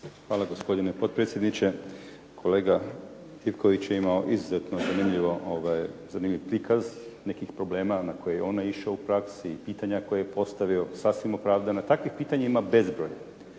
Hvala gospodine potpredsjedniče. Kolega Ivković je imao izuzetno zanimljiv prikaz nekih problema na koje je on naišao u praksi i pitanja koja je postavio sasvim opravdana. Takvih pitanja ima bezbroj.